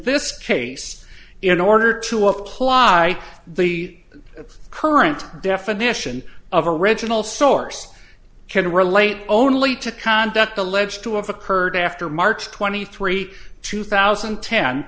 this case in order to apply the current definition of original source can relate only to conduct alleged to have occurred after march twenty three two thousand